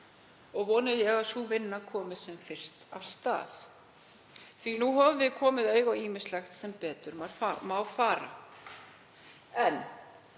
og vona ég að sú vinna komist sem fyrst af stað því að nú höfum við komið auga á ýmislegt sem betur má fara. En